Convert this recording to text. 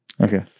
Okay